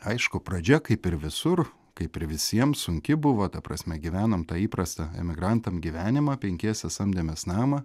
aišku pradžia kaip ir visur kaip ir visiem sunki buvo ta prasme gyvenam tą įprastą emigrantam gyvenimą penkiese samdėmės namą